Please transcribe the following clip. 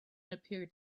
appeared